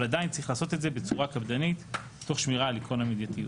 אבל עדיין צריך לעשות את זה בצורה קפדנית תוך שמירה על עקרון המידתיות.